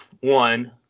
one